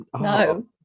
no